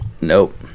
Nope